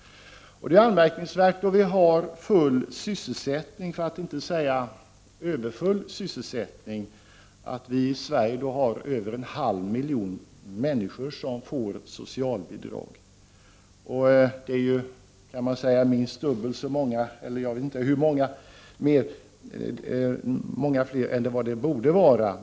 Det är anmärkningsvärt att vi i Sverige har över en halv miljon människor som får socialbidrag då vi har full sysselsättning, för att inte säga överfull sysselsättning. Det är många fler än vad det borde vara.